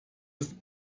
ist